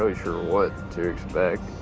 ah sure what to expect.